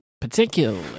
particularly